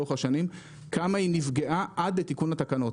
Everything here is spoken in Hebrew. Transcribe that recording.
כמה היא נפגעה עד לתיקון התקנות.